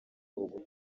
bugufi